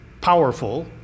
powerful